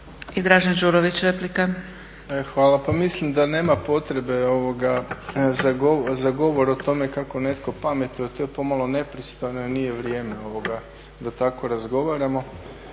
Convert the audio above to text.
Dražen (HDSSB)** Hvala. Pa mislim da nema potrebe za govor o tome kako netko pametuje. To je pomalo nepristojno i nije vrijeme da tako razgovaramo.